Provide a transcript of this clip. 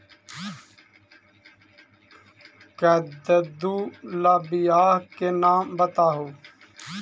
कददु ला बियाह के नाम बताहु?